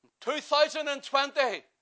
2020